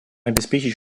обеспечить